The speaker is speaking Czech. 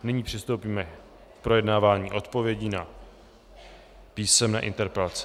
Nyní přistoupíme k projednávání odpovědí na písemné interpelace.